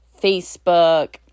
Facebook